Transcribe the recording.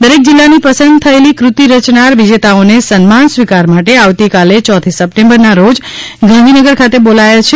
દરેક જિલ્લાની પસંદ થયેલી કૃતિ રચનાર વિજેતાઓને સન્માન સ્વીકાર માટે આવતીકાલે તારીખ ચોથી સપ્ટેમ્બરના રોજ ગાંધીનગર ખાતે બોલાયાયા છે